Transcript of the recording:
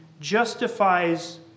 justifies